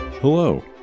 Hello